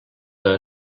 que